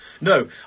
No